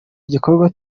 igikorwa